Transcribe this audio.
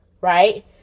right